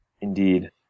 Indeed